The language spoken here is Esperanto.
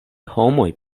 homoj